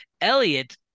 Elliot